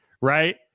right